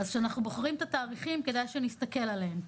אז כשאנחנו בוחרים את התאריכים כדאי שנסתכל עליהם.